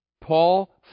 Paul